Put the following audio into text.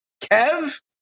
kev